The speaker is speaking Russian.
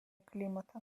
климата